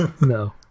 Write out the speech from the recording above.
No